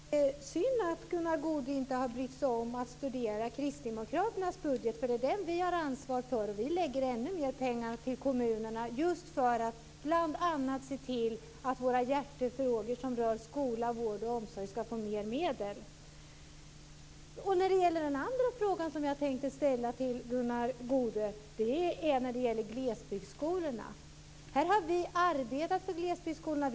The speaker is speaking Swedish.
Herr talman! Det är synd att Gunnar Goude inte har brytt sig om att studera Kristdemokraternas budget, för det är den vi har ansvar för. Vi lägger ännu mer pengar till kommunerna just för att bl.a. se till att våra hjärtefrågor som rör skola, vård och omsorg skall få mer medel. Den andra frågan som jag tänker ställa till Gunnar Goude gäller glesbygdsskolorna. Vi har arbetat för glesbygdsskolorna.